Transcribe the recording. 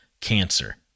cancer